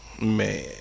Man